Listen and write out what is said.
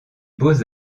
beaux